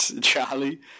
Charlie